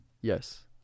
yes